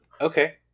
Okay